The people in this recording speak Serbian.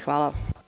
Hvala.